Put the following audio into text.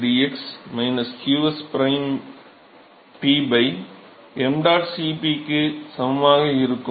dTm dx qs prime P ṁ Cp க்கு சமமாக இருக்கும்